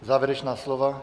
Závěrečná slova?